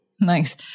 Nice